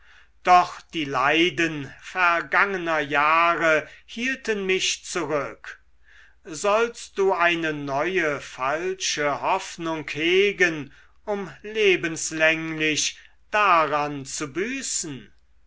doch die leiden vergangener jahre hielten mich zurück sollst du eine neue falsche hoffnung hegen um lebenslänglich daran zu büßen